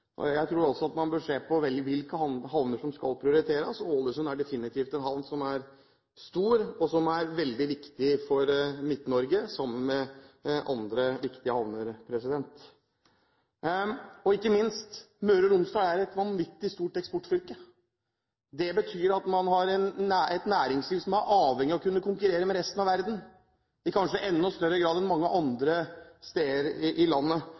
skal prioriteres – Ålesund er definitivt en havn som er stor, og som er veldig viktig for Midt-Norge sammen med andre havner. Ikke minst: Møre og Romsdal er et vanvittig stort eksportfylke. Det betyr at man har et næringsliv som er avhengig av å kunne konkurrere med resten av verden, kanskje i enda større grad enn mange andre steder i landet. Det betyr at infrastrukturen er avgjørende for om man faktisk lykkes i